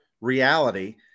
reality